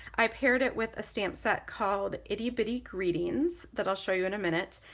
i paired it with a stamp set called itty bitty greetings that i'll show you in a minute.